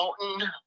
Mountain